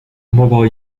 mobile